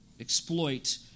exploit